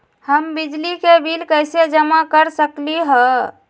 हम बिजली के बिल कईसे जमा कर सकली ह?